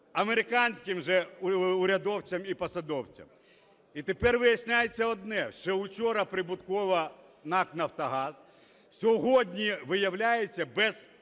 американським вже урядовцям і посадовцям. І тепер виясняється одне, ще вчора прибуткова НАК "Нафтогаз" сьогодні, виявляться, без